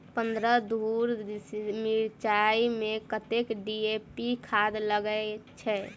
पन्द्रह धूर मिर्चाई मे कत्ते डी.ए.पी खाद लगय छै?